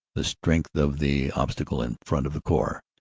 the strength of the obstacle in front of the corps,